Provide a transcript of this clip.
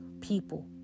People